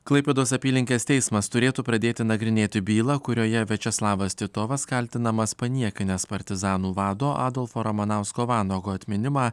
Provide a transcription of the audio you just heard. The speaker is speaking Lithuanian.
klaipėdos apylinkės teismas turėtų pradėti nagrinėti bylą kurioje viačeslavas titovas kaltinamas paniekinęs partizanų vado adolfo ramanausko vanago atminimą